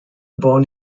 born